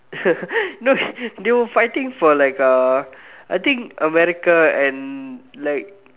no they were fighting for like uh I think America and like